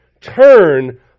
turn